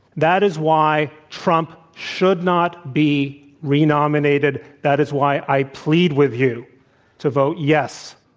that is why trump should not be re-nominated. that is why i plead with you to vote, yes,